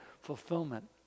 fulfillment